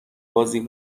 بازی